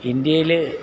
ഇന്ത്യയിൽ